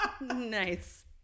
Nice